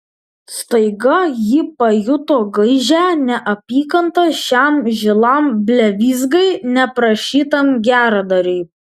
staiga ji pajuto gaižią neapykantą šiam žilam blevyzgai neprašytam geradariui